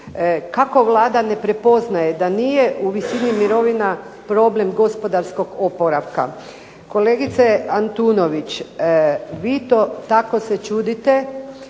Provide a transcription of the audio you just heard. kako Vlada ne prepoznaje da nije u visini mirovina problem gospodarskog oporavka. Kolegice Antunović, vi se tako čudite.